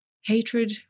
Hatred